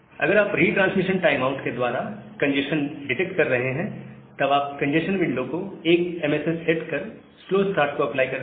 अगर आप retransmission time out के द्वारा कंजेस्शन डिटेक्ट कर रहे हैं तब आप कंजेस्शन विंडो को 1 MSS सेट कर स्लो स्टार्ट को अप्लाई करते हैं